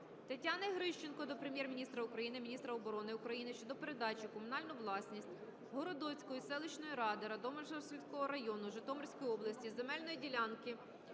Тетяни Грищенко до Прем'єр-міністра України, міністра оборони України щодо передачі у комунальну власність Городоцької селищної ради Радомишльського району Житомирської області земельної ділянки